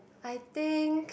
I think